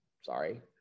sorry